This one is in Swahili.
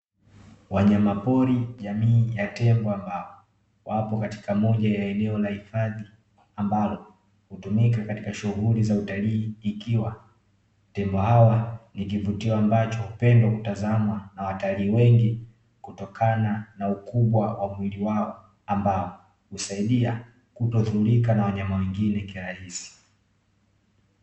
Wanyama pori jamii ya tembo ambao wapo katika moja ya eneo la hifadhi, ambalo hutumika katika shughuli za utalii ikiwa tembo hawa nikivutiwa, ambacho hupendwa kutazamwa na watalii wengi kutokana na ukubwa wa mwili wao, ambao husaidia kutodhulika na wanyama wengine kirahisi.